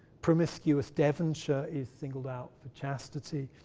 promiscuous devonshire is singled out for chastity,